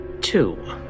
Two